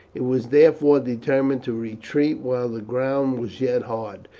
it was therefore determined to retreat while the ground was yet hard,